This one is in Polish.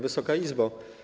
Wysoka Izbo!